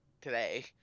today